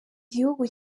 gihugu